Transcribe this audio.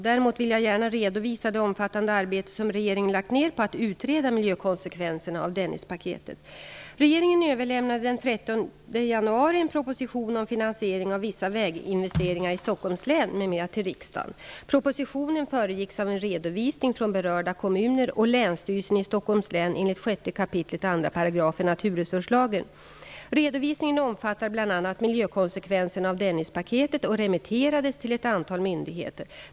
Däremot vill jag gärna redovisa det omfattande arbete som regeringen lagt ner på att utreda miljökonsekvenserna av Regeringen överlämnade den 13 januari en proposition om finansiering av vissa väginvesteringar i Stockholms län m.m. till riksdagen. Propositionen föregicks av en redovisning från berörda kommuner och miljökonsekvenserna av Dennispaketet och remitterades till ett antal myndigheter.